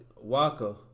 Waka